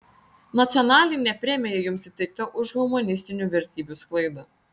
nacionalinė premija jums įteikta už humanistinių vertybių sklaidą